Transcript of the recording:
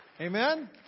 Amen